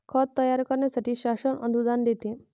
खत तयार करण्यासाठी शासन अनुदान देते